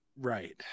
right